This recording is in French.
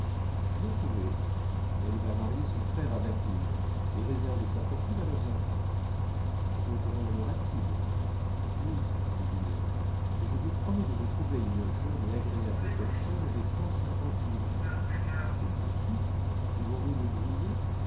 trouvé elle va marier son frère à bathilde et réserver sa fortune à leurs enfants rogron en aura-t-il oui dit vinet mais je vous promets de vous trouver une jeune et agréable personne avec cent cinquante mille francs êtes-vous fou pouvons-nous nous brouiller